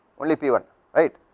only p one right,